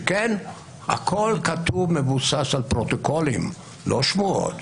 שכן, הכול כתוב, מבוסס על פרוטוקולים, לא שמועות.